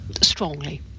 strongly